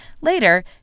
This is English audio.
Later